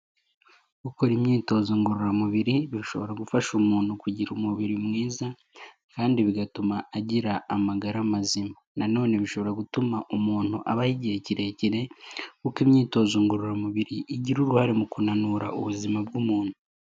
Gukora imyitozo ngororamubiri bishobora gufasho umuntu kugira ubuzima bwiza, kandi bigafasha gutuma umuntu agira amagara mazima. Na none bishobora gutuma umuntu abaho igihe kirekire, kuko imyitozo ngorora mubiri, igira uruhare mukunanura ubuzima bw'umuntu.